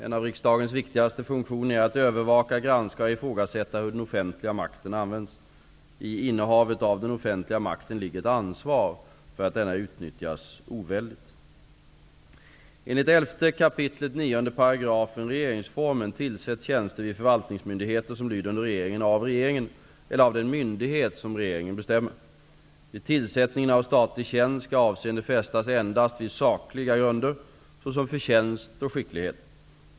En av riksdagens viktigaste funktioner är att övervaka, granska och ifrågasätta hur den offentliga makten används. I innehavet av den offentliga makten ligger ett ansvar för att denna utnyttjas oväldigt. Enligt 11 kap. 9 § regeringsformen tillsätts tjänster vid förvaltningsmyndigheter som lyder under regeringen av regeringen eller av den myndighet som regeringen bestämmer. Vid tillsättning av statlig tjänst skall avseende fästas endast vid sakliga grunder, såsom förtjänst och skicklighet.